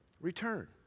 Return